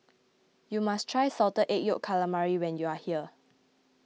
you must try Salted Egg Yolk Calamari when you are here